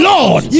Lord